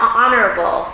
honorable